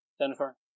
Jennifer